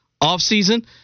offseason